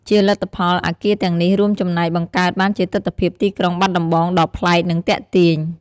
ជាលទ្ធផល អគារទាំងនេះរួមចំណែកបង្កើតបានជាទិដ្ឋភាពទីក្រុងបាត់ដំបងដ៏ប្លែក និងទាក់ទាញ។